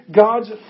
God's